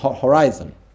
horizon